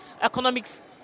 economics